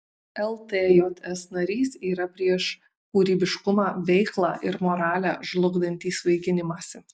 ltjs narys yra prieš kūrybiškumą veiklą ir moralę žlugdantį svaiginimąsi